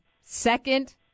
second